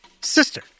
sister